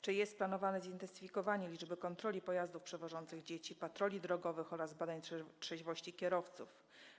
Czy jest planowane zintensyfikowanie liczby kontroli pojazdów przewożących dzieci, patroli drogowych oraz badań trzeźwości kierowców?